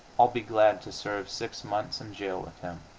i'll be glad to serve six months in jail with him.